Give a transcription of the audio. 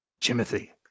Timothy